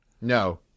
No